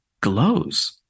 glows